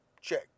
Check